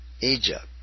Egypt